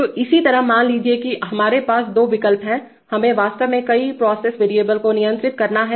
तो इसी तरह मान लीजिए कि हमारे पास दो विकल्प हैंहमें वास्तव में कई प्रोसेस वेरिएबल को नियंत्रित करना है